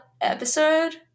episode